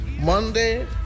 monday